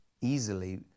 easily